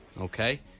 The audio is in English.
Okay